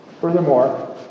Furthermore